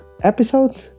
episode